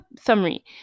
summary